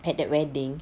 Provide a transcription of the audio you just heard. at the wedding